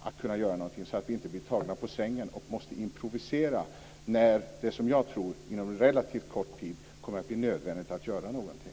att kunna göra någonting, så att vi inte blir tagna på sängen och måste improvisera när det, som jag tror inom relativt kort tid, blir nödvändigt att göra någonting.